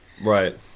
Right